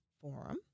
Forum